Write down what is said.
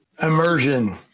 Immersion